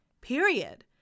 period